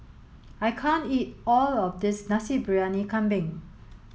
I can't eat all of this Nasi Briyani Kambing